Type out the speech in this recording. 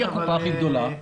מי הקופה הכי גדולה?